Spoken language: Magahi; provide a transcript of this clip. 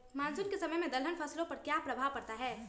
मानसून के समय में दलहन फसलो पर क्या प्रभाव पड़ता हैँ?